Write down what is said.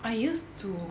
I used to